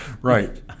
Right